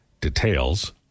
details